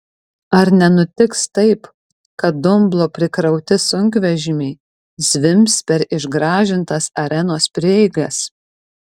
ar nenutiks taip kad dumblo prikrauti sunkvežimiai zvimbs per išgražintas arenos prieigas